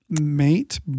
Mate